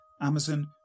Amazon